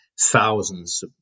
thousands